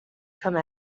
come